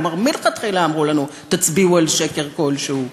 כלומר, מלכתחילה אמרו לנו: תצביעו על שקר כלשהו.